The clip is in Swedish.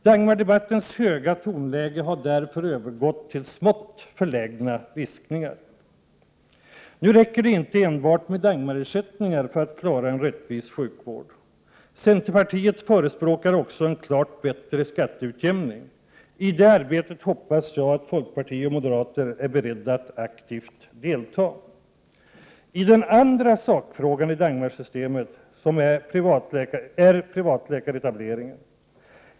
Dagmardebattens höga tonläge har därför övergått till smått förlägna viskningar. Nu räcker det inte enbart med Dagmarersättningar för att klara en rättvis sjukvård. Centerpartiet förespråkar också en klart bättre skatteutjämning. I det arbetet hoppas jag folkpartister och moderater är beredda att aktivt delta. Den andra sakfrågan i Dagmarsystemet är privatläkaretableringen.